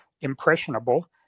impressionable